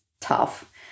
tough